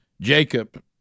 Jacob